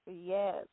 yes